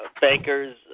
bankers